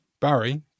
Barry